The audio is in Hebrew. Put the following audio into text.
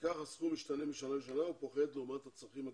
לפיכך הסכום משתנה משנה לשנה ופוחת לעומת הצרכים הגדלים.